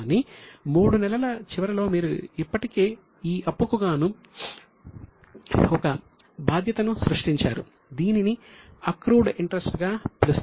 కానీ 3 నెలల చివరలో మీరు ఇప్పటికే ఈ అప్పుకు గాను ఒక బాధ్యతను సృష్టించారు దీనిని అక్రూడ్ ఇంట్రెస్ట్ గా పిలుస్తారు